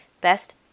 Best